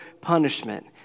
punishment